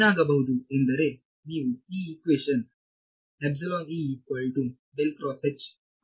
ಏನಾಗಬಹುದು ಎಂದರೆ ನೀವು ಈ ಇಕ್ವೇಶನ್ ಆಗಬಹುದು